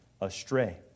astray